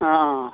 অঁ অঁ